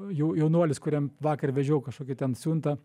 jau jaunuolis kuriam vakar vežiau kažkokią ten siuntą